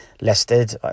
listed